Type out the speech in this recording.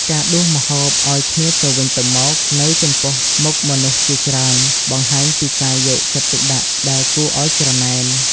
ការដួសម្ហូបឱ្យគ្នាទៅវិញទៅមកនៅចំពោះមុខមនុស្សជាច្រើន បង្ហាញពីការយកចិត្តទុកដាក់ដែលគួរឱ្យច្រណែន។